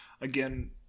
Again